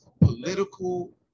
political